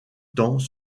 temps